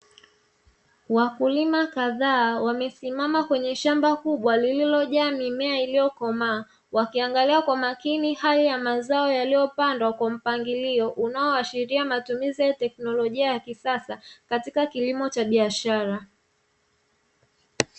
Wakulima kadhaa wamesimama kwenye shamba kubwa lililojaa mimea, iliyokomaa wakiangalia kwa makini hali ya mazao yaliyopandwa kwa mpangilio unaoashiria matumizi ya teknolojia ya kisasa katika kilimo cha biashara.